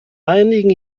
einigen